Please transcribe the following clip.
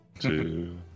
two